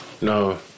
No